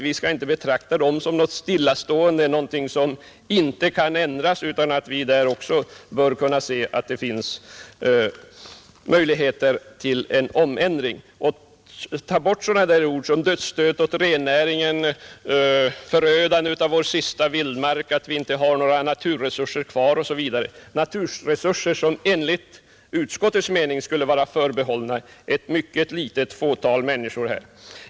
Vi skall inte betrakta dem som något stillastående, som något som inte kan ändras, utan även där bör vi kunna säga att det finns möjlighet till en omändring. Vi bör därför ta bort sådana ord som dödsstöt åt rennäringen, förödande av vår sista vildmark, att vi inte har några naturresurser kvar osv., naturresurser som enligt utskottets mening skulle vara förbehållna ett mycket litet fåtal människor.